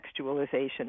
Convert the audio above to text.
contextualization